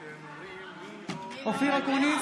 בעד אופיר אקוניס,